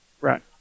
Right